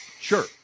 Sure